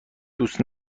دوست